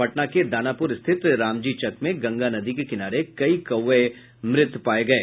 पटना के दानापुर स्थित रामजीचक में गंगा नदी के किनारे कई कौवें मृत पाये गये